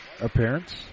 appearance